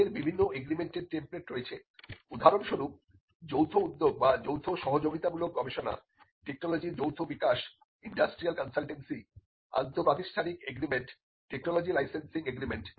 তাদের বিভিন্ন এগ্রিমেন্টের টেমপ্লেট রয়েছে উদাহরণস্বরূপ যৌথ উদ্যোগ বা যৌথ সহযোগিতামূলক গবেষণা টেকনোলজির যৌথ বিকাশ ইন্ডাস্ট্রিয়াল কনসালটেন্সি আন্তপ্রাতিষ্ঠানিক এগ্রিমেন্টটেকনোলজি লাইসেন্সিং এগ্রিমেন্ট